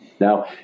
Now